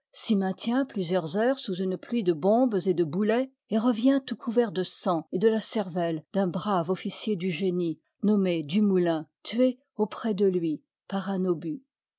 s'y maintient plusieurs heures sous une pluie de bombes et de boulets et revient tout couvert de sang et de la cervelle d'un brave officier du génie nommé dumoulin tué auprès de lui par un obus